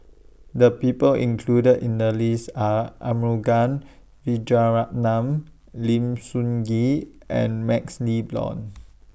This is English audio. The People included in The list Are Arumugam Vijiaratnam Lim Sun Gee and MaxLe Blond